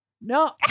No